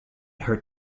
her